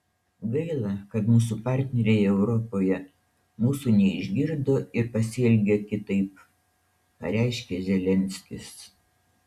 gaila kad mūsų partneriai europoje mūsų neišgirdo ir pasielgė kitaip pareiškė zelenskis